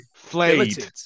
Flayed